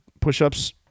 push-ups